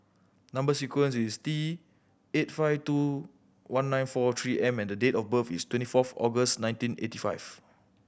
number sequence is T eight five two one nine four Three M and date of birth is twenty fourth August nineteen eighty five